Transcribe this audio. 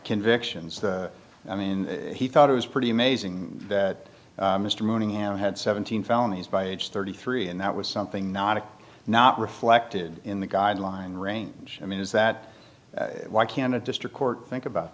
convictions i mean he thought it was pretty amazing that mr running out had seventeen felonies by age thirty three and that was something not of not reflected in the guideline range i mean is that why can't a district court think about